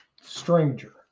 Stranger